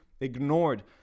ignored